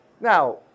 Now